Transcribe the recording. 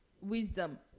wisdom